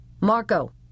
Marco